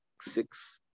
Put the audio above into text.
six